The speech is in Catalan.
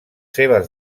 seves